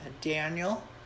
Daniel